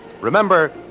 Remember